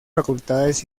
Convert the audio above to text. facultades